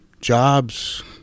jobs